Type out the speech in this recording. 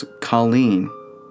Colleen